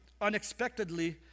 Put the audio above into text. unexpectedly